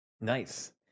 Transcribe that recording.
Nice